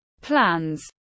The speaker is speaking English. plans